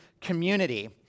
community